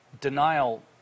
denial